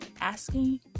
asking